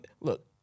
look